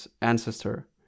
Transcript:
ancestor